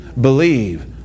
Believe